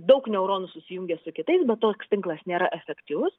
daug neuronų susijungia su kitais bet toks tinklas nėra efektyvus